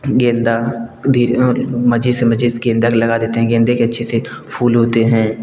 गेंदा धीरे और गेंदा लगा देते हैं गेंदे के अच्छे से फूल होते हैं